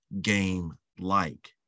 game-like